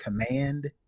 command